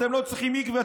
אתם לא צריכים מקווה,